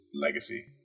legacy